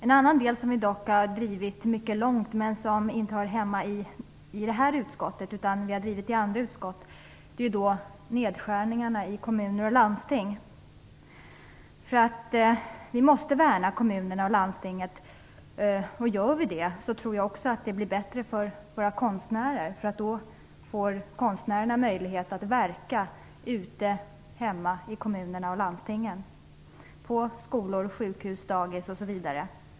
En annan fråga som vi dock har drivit mycket långt, som inte hör hemma i detta utskott men som vi har drivit i andra utskott, är att minska nedskärningarna i kommuner och landsting. Vi måste värna kommunerna och landstingen. Gör vi det, tror jag också att situationen blir bättre för våra konstnärer eftersom de då får möjligheter att verka hemma i kommunerna och landstingen på skolor, sjukhus, dagis osv.